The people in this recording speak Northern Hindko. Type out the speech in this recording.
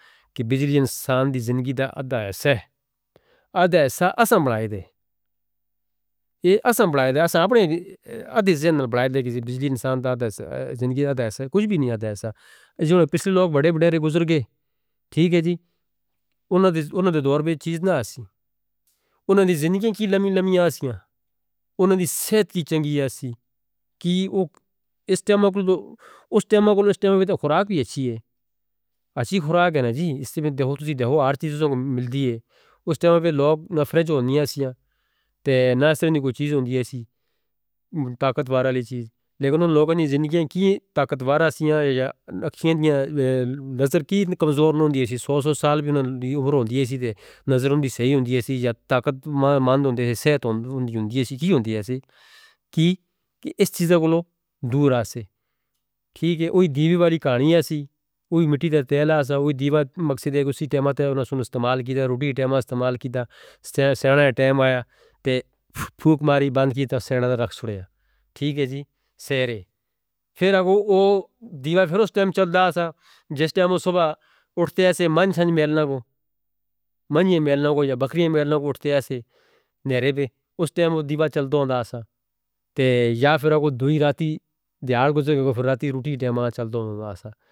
کہ بجلی انسان دی زندگی دا ادھائے سہ۔ ادھائے سہ آسان بلائے دے۔ یہ آسان بلائے دے۔ ادھائے سہ زندگی دا ادھائے سہ۔ کچھ بھی نہیں ادھائے سہ۔ پچھلے لوگ بڑے بڑے گزر گئے۔ ٹھیک ہے جی۔ انہاں دے دور بھی چیز نہ آسے۔ انہاں دی زندگیاں کی لمبی لمبی آسیاں۔ انہاں دی صحت کی چنگی آسے۔ اس ٹائمہ کو کھوراک بھی اچھی ہے۔ اچھی کھوراک ہے نا جی۔ اس ٹائمہ بھی دیکھو ہر چیز مل دی ہے۔ اس ٹائمہ بھی لوگ نہ فریج ہوندی آسیاں۔ نہ سرونی کو چیز ہوندی آسیاں۔ طاقت بارہ لی چیز۔ لیکن ان لوگوں نے زندگیوں کی طاقت بارہ آسیاں۔ نظر کی کمزور نہ ہوتی آسیاں۔ سو سو سال بھی انہوں نے عمر ہوتی آسیاں۔ نظر ان کی صحیح ہوتی آسیاں۔ یا طاقت مند ہوتی آسیاں۔ صحت ہوتی ہوتی آسیاں۔ کیا ہوتی آسیاں؟ کہ اس چیزوں کو دور آسے۔ ٹھیک ہے۔ وہ دیوی والی کہانی آسے۔ وہ مٹی دا تیل آسے۔ وہ دیوی مقصد ہے کہ اسی ٹیمہ تے انہوں نے استعمال کیتا۔ روٹی ٹیمہ استعمال کیتا۔ سہرنا ٹیمہ آیا۔ ٹھوک ماری بند کیتا۔ سہرنا دا رخ سڑیا۔ ٹھیک ہے جی؟ سہرے۔ پھر وہ دیوی پھر اس ٹیمہ چلدا آسے۔ جس ٹیمہ وہ صبح اٹھتے ہیں سے منجن ملن کو۔ منجن ملن کو یا بکریاں ملن کو اٹھتے ہیں سے نیرے پہ۔ اس ٹیمہ وہ دیوی چلدا ہوندہ آسے۔ یا پھر وہ دو ہی راتیں دیار گزریں کو پھر راتیں روٹی ٹیمہ چلدا ہوندہ آسے.